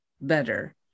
better